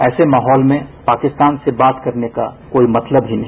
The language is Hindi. ऐसे माहौल में पाकिस्तान से बात करने का कोई मतलब ही नहीं